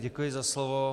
Děkuji za slovo.